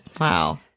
Wow